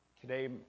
Today